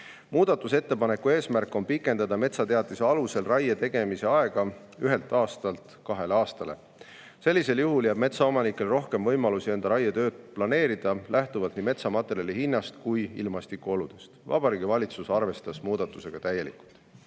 Muudatusettepaneku eesmärk on pikendada metsateatise alusel raie tegemise aega ühelt aastalt kahele aastale. Sellisel juhul jääb metsaomanikele rohkem võimalusi enda raietööd planeerida lähtuvalt nii metsamaterjali hinnast kui ka ilmastikuoludest. Vabariigi Valitsus arvestas muudatust täielikult.